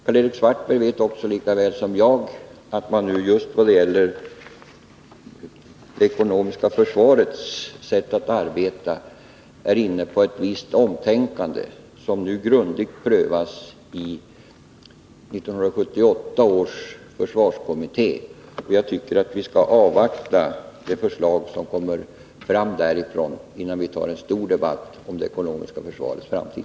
Karl-Erik Svartberg vet också lika väl som jag att man just vad gäller det ekonomiska försvarets sätt att arbeta är inne på ett visst omtänkande, som nu grundligt prövas av 1978 års försvarskommitté. Jag tycker att vi skall avvakta det förslag som man där kommer fram till, innan vi tar en stor debatt om det ekonomiska försvarets framtid.